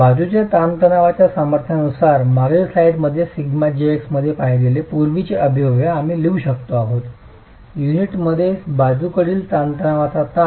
बाजूच्या तणावाच्या सामर्थ्यानुसार मागील स्लाइडमध्ये σjx मध्ये असलेले पूर्वीचे अभिव्यक्ती आम्ही लिहू शकलो आहोत युनिटमध्येच बाजूकडील ताणतणावाचा ताण